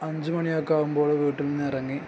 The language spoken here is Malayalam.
അഞ്ച് മണിയൊക്കെ ആകുമ്പോൾ വീട്ടിൽ നിന്ന് ഇറങ്ങി